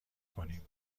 کنیم